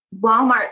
Walmart